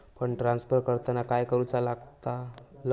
Fund transfer करताना काय करुचा लगता आनी ट्रान्स्फर कसो करूचो?